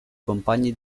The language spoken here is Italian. compagni